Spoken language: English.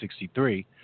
1963